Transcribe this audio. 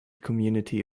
community